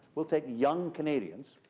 we'll take young canadians,